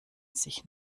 sich